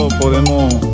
podemos